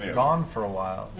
gone for a while.